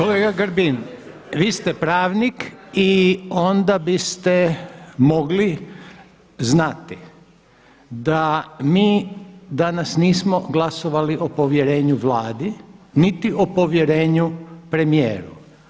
Kolega Grbin, vi ste pravnik i onda biste mogli znati da mi danas nismo glasovali o povjerenju Vladi, niti o povjerenju premijeru.